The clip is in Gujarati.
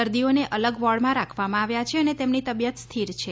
દર્દીઓને અલગ વોર્ડમાં રાખવામાં આવ્યા છે અને તેમની તબિયત સ્થિર છે